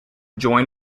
join